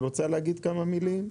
רוצה להגיד כמה מילים?